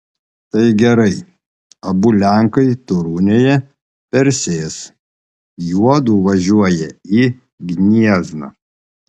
tai gerai abu lenkai torunėje persės juodu važiuoja į gniezną